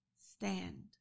stand